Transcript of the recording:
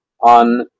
on